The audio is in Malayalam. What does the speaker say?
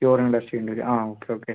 യൂറിൻ ടെസ്റ്റ് ചെയ്യേണ്ടി വരും ആ ഓക്കെ ഓക്കെ